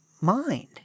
mind